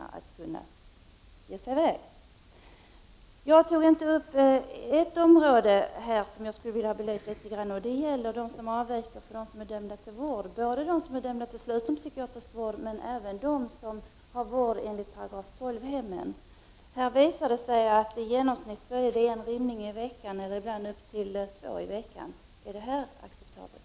Jag tog i mitt tidigare inlägg inte upp ett annat område som jag skulle vilja ha upplysningar om, nämligen frågan om de brottslingar som är dömda till vård och avviker — det gäller både de brottslingar som är dömda till sluten psykiatrisk vård och dem som vårdas på § 12-hem. Det har visat sig att det bland dessa fångar sker i genomsnitt en rymning i veckan, och ibland upp till två i veckan. Är detta acceptabelt?